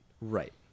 Right